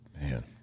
Man